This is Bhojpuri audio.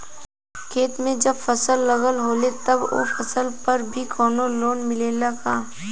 खेत में जब फसल लगल होले तब ओ फसल पर भी कौनो लोन मिलेला का?